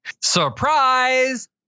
Surprise